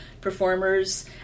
performers